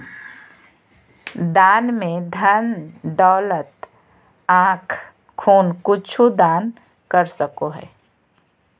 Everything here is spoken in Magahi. दान में धन दौलत आँख खून कुछु दान कर सको हइ